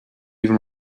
even